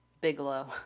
Bigelow